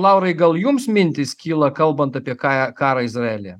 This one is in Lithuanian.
laurai gal jums mintys kyla kalbant apie ka karą izraelyje